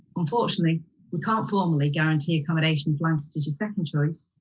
unfortunately we can't formally guarantee accommodation if lancaster is your second choice.